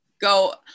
go –